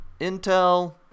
Intel